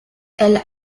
elle